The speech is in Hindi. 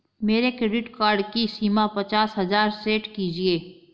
मेरे क्रेडिट कार्ड की सीमा पचास हजार सेट कीजिए